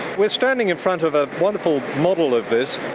we're standing in front of a wonderful model of this.